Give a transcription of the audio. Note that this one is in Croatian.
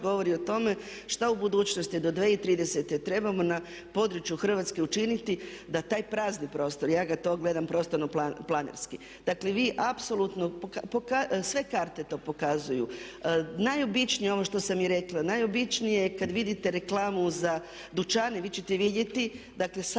govori o tome što u budućnosti do 2030. trebamo na području Hrvatske učiniti da taj prazni prostor, ja ga gledam prostorno-planski, dakle vi apsolutno, sve karte to pokazuju. Najobičnije, ono što sam i rekla, najobičnije je kad vidite reklamu za dućane vi ćete vidjeti dakle sami